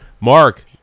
Mark